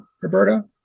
Roberta